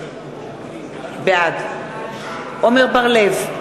בעד עמר בר-לב,